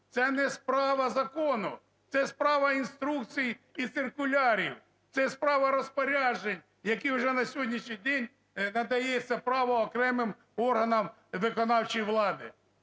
Це не справа закону, це справа інструкцій і циркулярів, це справа розпоряджень, якими вже на сьогоднішній день надається право окремим органам виконавчої влади.